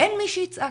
אין מי שיצעק.